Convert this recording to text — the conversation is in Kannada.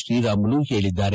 ಶ್ರೀರಾಮುಲು ಹೇಳಿದ್ದಾರೆ